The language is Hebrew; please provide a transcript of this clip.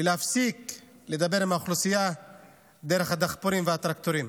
ולהפסיק לדבר עם האוכלוסייה דרך הדחפורים והטרקטורים.